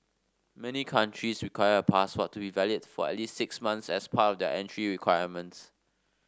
many countries require a passport to be valid for at least six months as part of their entry requirements